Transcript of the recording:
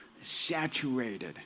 saturated